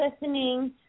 listening